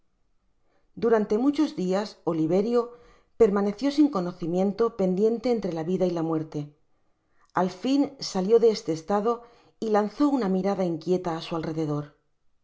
durante muchos dias oliverio permaneció sin conocimiento pendiente entre la vida y la muerté al fin salió de esleeslado y lanzó nna mirada inquieta á su alrededor